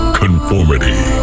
conformity